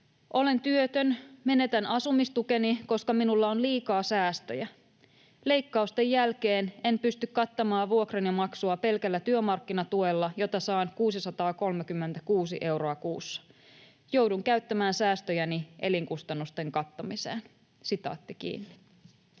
”Olen työtön. Menetän asumistukeni, koska minulla on liikaa säästöjä. Leikkausten jälkeen en pysty kattamaan vuokrani maksua pelkällä työmarkkinatuella, jota saan 636 euroa kuussa. Joudun käyttämään säästöjäni elinkustannusten kattamiseen.” [Speech